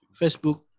Facebook